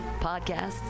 podcasts